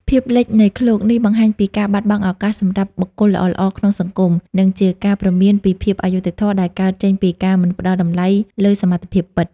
ភាពលិចនៃឃ្លោកនេះ បង្ហាញពីការបាត់បង់ឱកាសសម្រាប់បុគ្គលល្អៗក្នុងសង្គម និងជាការព្រមានពីភាពអយុត្តិធម៌ដែលកើតចេញពីការមិនផ្តល់តម្លៃលើសមត្ថភាពពិត។